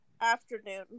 Afternoon